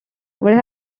would